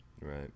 Right